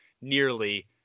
nearly